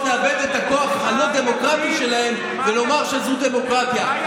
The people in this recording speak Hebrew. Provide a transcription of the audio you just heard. לאבד את הכוח הלא-דמוקרטי שלהן ולומר שזו דמוקרטיה.